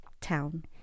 town